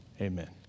amen